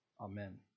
Amen